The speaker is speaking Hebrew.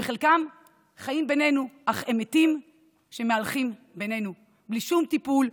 וחלקם חיים בינינו אך הם מתים שמהלכים בינינו בלי שום טיפול,